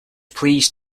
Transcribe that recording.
pleased